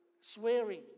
swearing